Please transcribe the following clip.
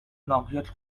noxious